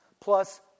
plus